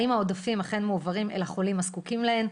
האם העודפים אכן מועברים לחולים הזקוקים להם,